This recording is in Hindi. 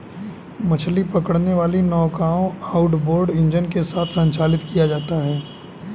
मछली पकड़ने वाली नौकाओं आउटबोर्ड इंजन के साथ संचालित किया जाता है